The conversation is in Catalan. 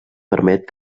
permet